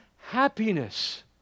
happiness